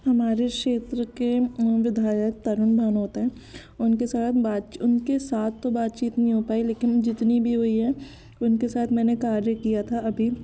हमारे क्षेत्र के विधायक तरुण भनोत हैं उनके साथ उनके साथ तो बातचीत तो नहीं हो पाई लेकिन जितनी भी हुई है उनके साथ मैंने कार्य किया था अभी